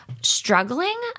struggling